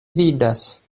vidas